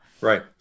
Right